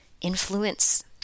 influence